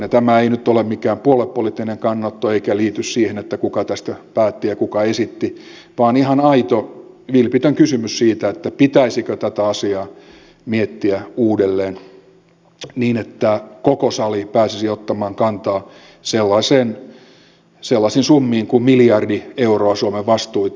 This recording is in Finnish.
tämä ei nyt ole mikään puoluepoliittinen kannanotto eikä liity siihen kuka tästä päätti ja kuka esitti vaan ihan aito vilpitön kysymys siitä pitäisikö tätä asiaa miettiä uudelleen niin että koko sali pääsisi ottamaan kantaa sellaisiin summiin kuin miljardi euroa suomen vastuita